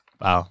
wow